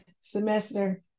semester